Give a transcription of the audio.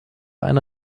eine